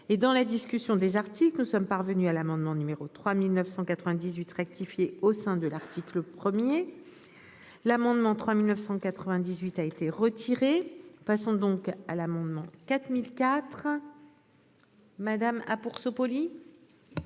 et dans la discussion des articles que nous sommes parvenus à l'amendement numéro 3998 rectifié au sein de l'article 1er. L'amendement 3998 a été retiré, passons donc à l'amendement. 4004. Madame ah pour